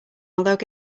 although